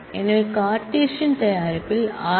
எனவே கார்ட்டீசியன் தயாரிப்பில் r